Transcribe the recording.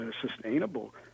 sustainable